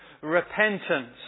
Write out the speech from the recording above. repentance